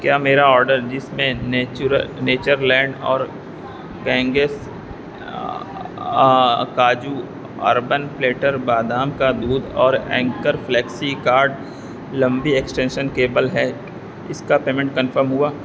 کیا میرے آرڈر جس میں نیچورل نیچر لینڈ اورگینگس کاجو اربن پلیٹر بادام کا دودھ اور اینکر فلیکسی کارڈ لمبی ایکسٹینشن کیبل ہے اس کا پیمنٹ کنفرم ہوا